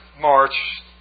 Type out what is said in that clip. March